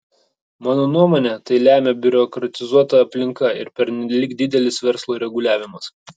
mano nuomone tai lemia biurokratizuota aplinka ir pernelyg didelis verslo reguliavimas